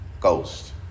ghost